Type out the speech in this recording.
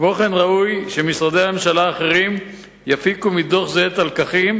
כמו כן ראוי שמשרדי הממשלה האחרים יפיקו מדוח זה את הלקחים,